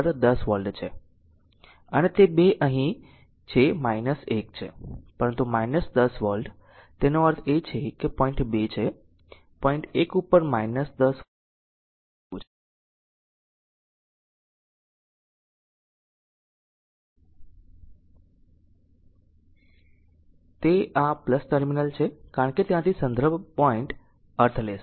અને તે 2 અહીં છે 1 છે પરંતુ 10 વોલ્ટ તેનો અર્થ એ છે કે પોઈન્ટ 2 છે પોઈન્ટ 1 ઉપર 10 વોલ્ટ સમજી શકાય તેવું છે તે આ ટર્મિનલ છે કારણ કે ત્યાંથી સંદર્ભ પોઈન્ટ અર્થ લેશે